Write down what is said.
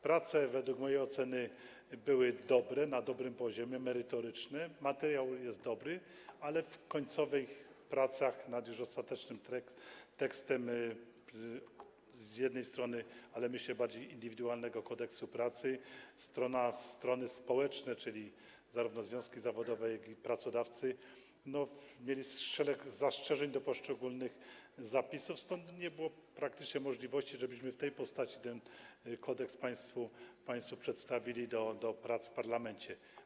Prace, według mojej oceny, były dobre, na dobrym poziomie merytorycznym, materiał jest dobry, ale na końcowym etapie prac nad już ostatecznym tekstem, jak myślę, bardziej indywidualnego Kodeksu pracy strony społeczne, czyli zarówno związki zawodowe, jak i pracodawcy, mieli szereg zastrzeżeń do poszczególnych zapisów, stąd nie było praktycznie możliwości, żebyśmy w tej postaci ten kodeks państwu przedstawili do prac w parlamencie.